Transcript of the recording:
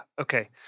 Okay